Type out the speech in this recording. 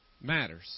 matters